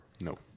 No